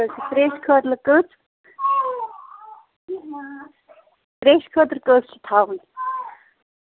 ٹھیٖک حظ چھُ ترٛیشہِ خٲطرٕ کٔژِ ترٛیشہِ خٲطرٕ کٔژ چھِ تھاوٕنۍ